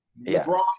LeBron